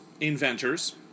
inventors